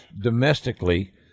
domestically